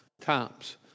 times